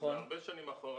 הרבה שנים אחורה,